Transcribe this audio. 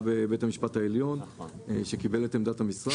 בבית המשפט העליון שקיבל את עמדת המשרד.